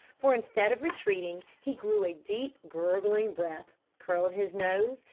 for instead of retreating he drew a deep gurgling breath, curled his nose,